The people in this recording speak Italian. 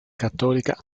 cattolica